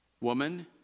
Woman